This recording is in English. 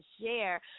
share